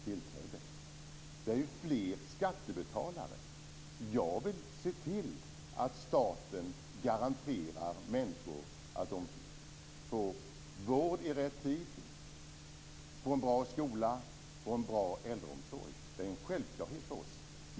Det finns ju fler skattebetalare. Jag vill se till att staten garanterar människor vård i rätt tid, bra skola och bra äldreomsorg. Det är en självklarhet för oss.